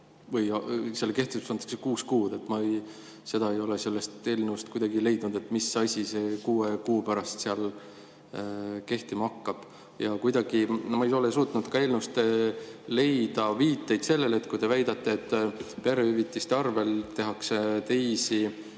või selle kehtivuseks antakse kuus kuud. Ma seda ei ole sellest eelnõust kuidagi leidnud, mis asi see kuue kuu pärast kehtima hakkab. Ja kuidagi ma ei ole suutnud eelnõust leida ka viiteid sellele, et nagu te väidate, perehüvitiste arvel tehakse teisi